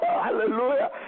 hallelujah